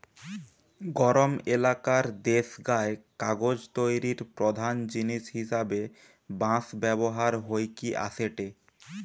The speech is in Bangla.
গরম এলাকার দেশগায় কাগজ তৈরির প্রধান জিনিস হিসাবে বাঁশ ব্যবহার হইকি আসেটে